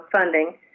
funding